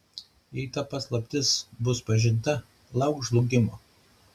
jei ta paslaptis bus pažinta lauk žlugimo